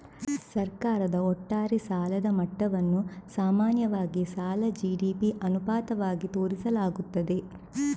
ಸರ್ಕಾರದ ಒಟ್ಟಾರೆ ಸಾಲದ ಮಟ್ಟವನ್ನು ಸಾಮಾನ್ಯವಾಗಿ ಸಾಲ ಜಿ.ಡಿ.ಪಿ ಅನುಪಾತವಾಗಿ ತೋರಿಸಲಾಗುತ್ತದೆ